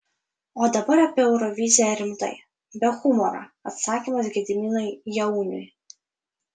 o dabar apie euroviziją rimtai be humoro atsakymas gediminui jauniui